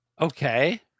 Okay